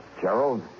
Gerald